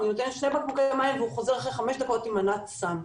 אני נותנת שני בקבוקי מים והוא חוזר חמש דקות אחרי זה עם מנת סם.